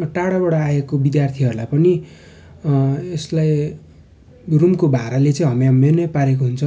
टाढाबाट आएको विद्यार्थीहरूलाई पनि यसलाई रुमको भाडाले चाहिँ हम्मे हम्मे नै पारेको हुन्छ